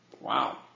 Wow